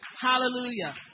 Hallelujah